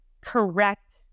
correct